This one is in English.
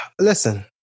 listen